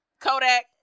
Kodak